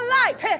life